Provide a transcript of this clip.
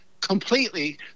completely